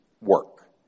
Work